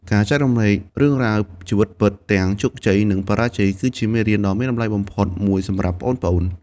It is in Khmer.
ការចែករំលែករឿងរ៉ាវជីវិតពិត ទាំងជោគជ័យ និងបរាជ័យ គឺជាមេរៀនដ៏មានតម្លៃបំផុតមួយសម្រាប់ប្អូនៗ។